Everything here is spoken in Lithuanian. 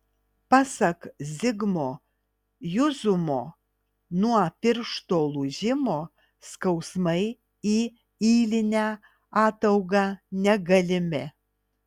pasak zigmo juzumo nuo piršto lūžimo skausmai į ylinę ataugą negalimi